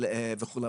וכולי.